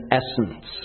essence